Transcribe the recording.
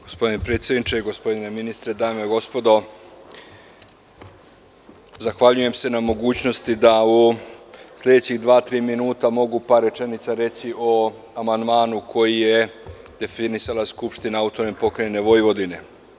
Gospodine predsedniče, gospodine ministre, dame i gospodo narodni poslanici, zahvaljujem se na mogućnosti da u sledećih dva, tri minuta mogu par rečenica reći o amandmanu koji je definisala Skupština AP Vojvodine.